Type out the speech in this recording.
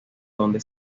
donde